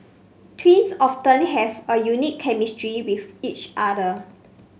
twins often have a unique chemistry with each other